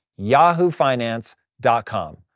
yahoofinance.com